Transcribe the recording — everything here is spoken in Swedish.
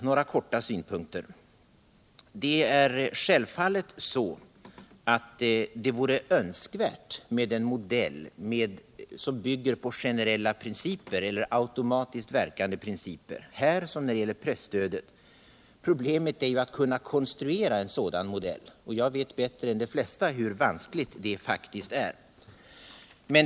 Några korta synpunkter: Det vore självfallet önskvärt med en modell som bygger på generella eller automatiskt verkande principer här som när det gäller presstödet. Problemet är att kunna konstruera en sådan modell, och jag vet bättre än de flesta hur vanskligt det faktiskt är.